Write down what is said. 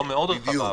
לא מאוד רחבה.